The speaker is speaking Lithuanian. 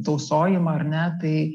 tausojimą ar ne tai